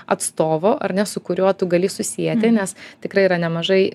atstovo ar ne su kuriuo tu gali susieti nes tikrai yra nemažai